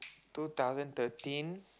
two thousand thirteen